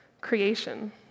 creation